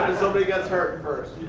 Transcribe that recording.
somebody gets hurt, first.